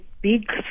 big